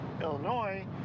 Illinois